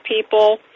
people